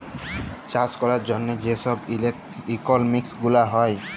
চাষ ক্যরার জ্যনহে যে ছব ইকলমিক্স গুলা হ্যয়